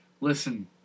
listen